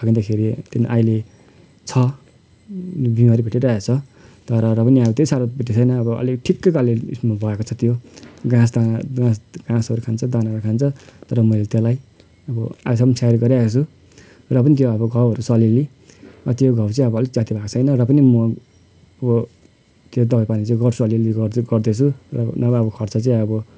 फर्किँदाखेरि त्यहाँदेखि अहिले छ बिमारी भेटिरहेको छ तर र पनि अहिले त्यति साह्रो भेटेको छैन अब अलि ठिक्कको अब त्यो घाँस त घाँस घाँसहरू खान्छ दानाहरू खान्छ तर मैले त्यसलाई अब आजसम्म स्याहार गरिरहेको छु र पनि त्यो अब घाउहरू छ अलिअलि र त्यो घाउ चाहिँ अब अलिक जाती भएको छैन र पनि म अब के अरे दबाईपानी चाहिँ गर्छु अलिअलि गर्दै गर्दैछु र नभए अब खर्च चाहिँ अब